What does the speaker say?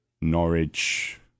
Norwich